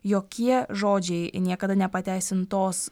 jokie žodžiai niekada nepateisin tos